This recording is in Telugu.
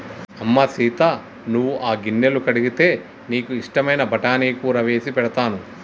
అమ్మ సీత నువ్వు ఆ గిన్నెలు కడిగితే నీకు ఇష్టమైన బఠానీ కూర సేసి పెడతాను